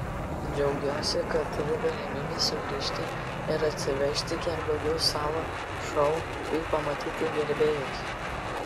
džiaugiuosi kad turiu galimybę sugrįžti ir atsivežti kiek daugiau savo šou bei pamatyti gerbėjus